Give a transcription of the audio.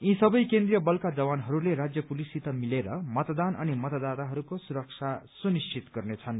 यी सबै केन्द्रीय बलका जवानहस्ले राज्य पुलिससित मिलेर मतदान अनि मतदाताहरूको सुरक्षा सुनिश्चित गर्नेछन्